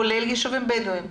כולל בדואים.